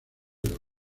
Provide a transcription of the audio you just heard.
negro